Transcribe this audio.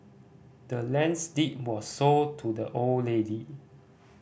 the land's deed was sold to the old lady